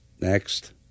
next